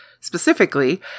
specifically